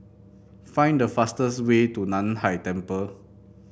find the fastest way to Nan Hai Temple